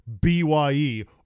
B-Y-E